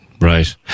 Right